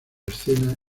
escena